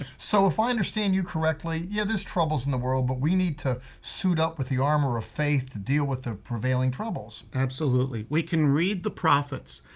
so if i understand you correctly, yeah there's troubles in the world but we need to suit up with the armor of faith. deal with the prevailing troubles. absolutely, we can read the prophets.